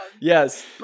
Yes